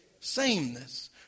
sameness